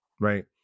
right